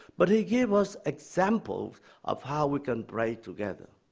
but he gave us examples of how we can pray together.